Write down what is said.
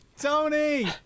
Tony